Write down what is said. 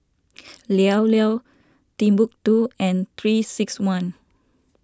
Llao Llao Timbuk two and three six one